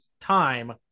time